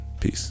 Peace